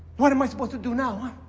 what am i supposed to do now,